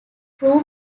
crew